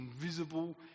invisible